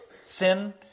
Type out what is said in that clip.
Sin